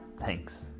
Thanks